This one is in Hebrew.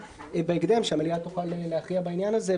בהקדם כדי שהמליאה תוכל להכריע בעניין הזה,